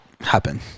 happen